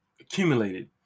accumulated